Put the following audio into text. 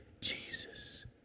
Jesus